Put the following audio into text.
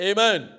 Amen